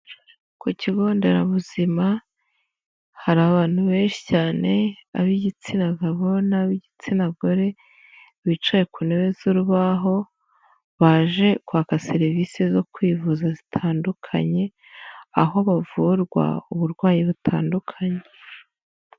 Ku kigo nderabuzima hari abantu benshi cyane ab'igitsina gabo n'ab'igitsina gore bicaye ku ntebe z'urubaho, baje kwaka serivise zo kwivuza zitandukanye aho bavurwa uburwayi butandukanye.